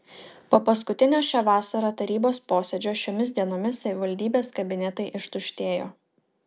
po paskutinio šią vasarą tarybos posėdžio šiomis dienomis savivaldybės kabinetai ištuštėjo